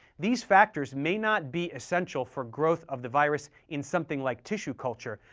these factors may not be essential for growth of the virus in something like tissue culture,